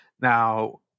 Now